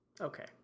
Okay